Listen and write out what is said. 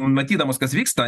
matydamos kas vyksta